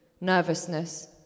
Nervousness